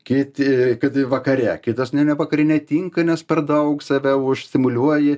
kiti kad vakare kitas ne vakare netinka nes per daug save užstimuliuoji